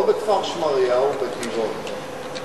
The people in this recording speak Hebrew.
לא בכפר-שמריהו, בטבעון.